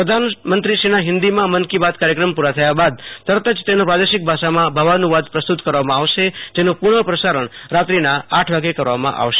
પ્રધાનમંત્રીશ્રીનો હિન્દીમાં મન કી બાત કાર્યક્રમ પૂરો થયા બાદ તરત જ તેનો પ્રાદેશિક ભાષામાં ભાવાનુવાદ પ્રસ્તૂત કરવામાં આવશે જેનું પુનઃપ્રસારણ રાત્રિના આઠ વાગ્યે કરવામાં આવશે